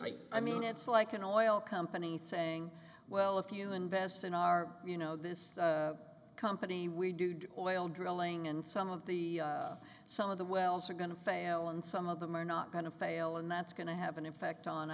but i mean it's like an oil company saying well if you invest in our you know this company we do do oil drilling and some of the some of the wells are going to fail and some of them are not going to fail and that's going to have an effect on